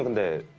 the